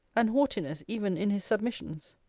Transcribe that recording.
an haughtiness even in his submissions.